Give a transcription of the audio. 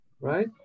right